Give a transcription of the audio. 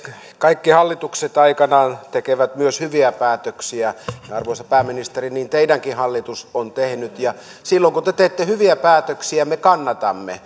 kaikki hallitukset aikanaan tekevät myös hyviä päätöksiä arvoisa pääministeri niin teidänkin hallitus on tehnyt silloin kun te te teette hyviä päätöksiä me kannatamme